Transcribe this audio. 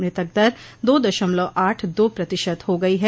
मृतक दर दो दशमलव आठ दो प्रतिशत हो गई है